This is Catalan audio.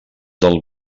del